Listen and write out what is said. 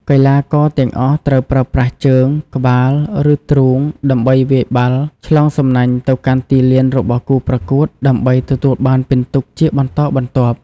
កីឡាករទាំងអស់ត្រូវប្រើប្រាស់ជើង ក្បាល ឬទ្រូងដើម្បីវាយបាល់ឆ្លងសំណាញ់ទៅកាន់ទីលានរបស់គូប្រកួតដើម្បីទទួលបានពិន្ទុជាបន្តបន្ទាប់។